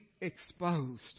exposed